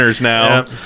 now